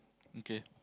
okay